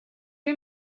روی